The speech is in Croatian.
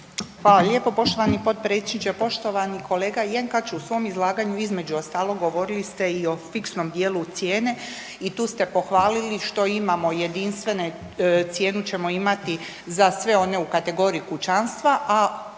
Hvala lijepo poštovani potpredsjedniče, poštovani kolega Jenkač. U svom izlaganju, između ostalog, govorili ste i o fiksnom dijelu cijene i tu ste pohvalili što imamo jedinstvene cijenu ćemo imati za sve one u kategoriji kućanstva, a